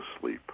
sleep